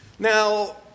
Now